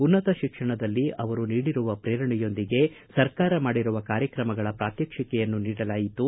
ಉನ್ನತ ಶಿಕ್ಷಣದಲ್ಲಿ ಅವರು ನೀಡಿರುವ ಪ್ರೇರಣೆಯೊಂದಿಗೆ ಸರಕಾರ ಮಾಡಿರುವ ಕಾರ್ಯಕ್ರಮಗಳ ಪ್ರಾತ್ವಕ್ಷಿಕೆಯನ್ನು ನೀಡಲಾಯಿತು